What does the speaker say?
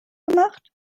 gemacht